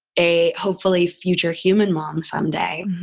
a hopefully future human mom someday.